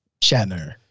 Shatner